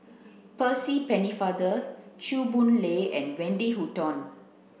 Percy Pennefather Chew Boon Lay and Wendy Hutton